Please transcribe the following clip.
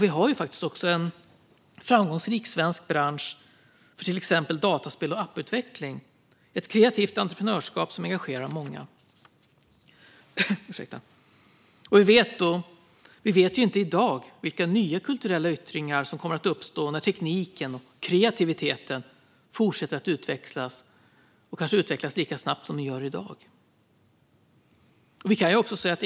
Vi har också en framgångsrik svensk bransch för till exempel dataspel och apputveckling, ett kreativt entreprenörskap som engagerar många. Vi vet inte i dag vilka nya kulturella yttringar som kommer att uppstå när tekniken och kreativiteten fortsätter att utvecklas - kanske lika snabbt som i dag.